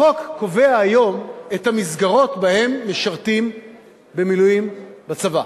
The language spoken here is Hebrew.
החוק קובע היום את המסגרות שבהן משרתים במילואים בצבא.